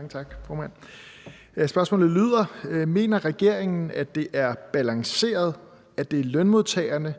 Victoria Velasquez (EL)): Mener regeringen, at det er balanceret, at det er lønmodtagerne,